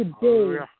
Today